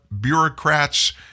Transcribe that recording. bureaucrats